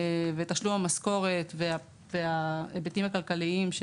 תשלום המשכורת וההיבטים הכלכליים.